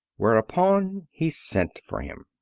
whereupon he sent for him.